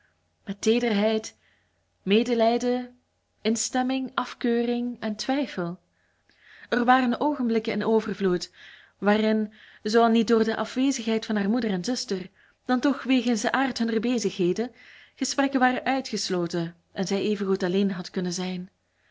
met teederheid medelijden instemming afkeuring en twijfel er waren oogenblikken in overvloed waarin zoo al niet door de afwezigheid van haar moeder en zuster dan toch wegens den aard hunner bezigheden gesprekken waren uitgesloten en zij evengoed alleen had kunnen zijn